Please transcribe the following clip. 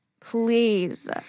Please